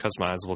customizable